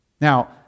Now